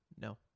No